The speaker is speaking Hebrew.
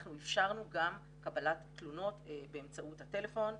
אנחנו אפשרנו גם קבלת תלונות באמצעות הטלפון,